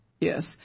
yes